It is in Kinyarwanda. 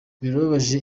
birababaje